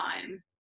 time